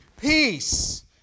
Peace